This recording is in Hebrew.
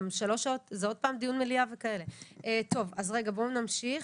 בואו נצא